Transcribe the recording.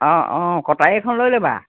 অঁ অঁ কটাৰী এখন লৈ ল'বা